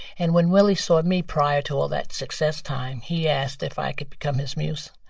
and when willi saw me, prior to all that success time, he asked if i could become his muse.